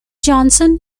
johnson